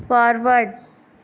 forward